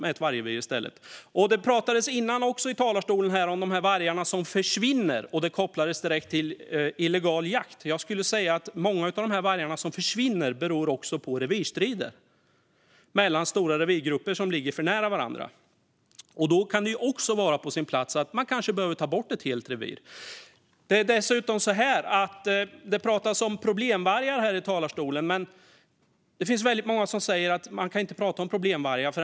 Det talades också tidigare i talarstolen om vargarna som försvinner. Det kopplades direkt till illegal jakt. Jag skulle säga att många vargar som försvinner gör det på grund av revirstrider mellan stora revirgrupper som ligger för nära varandra. Då kan det också vara på sin plats att kanske ta bort ett helt revir. Det har också talats om problemvargar här i talarstolen. Det finns dock väldigt många som säger att man inte kan prata om problemvargar.